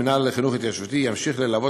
המינהל לחינוך התיישבותי ימשיך ללוות